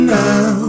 now